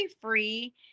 free